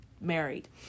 married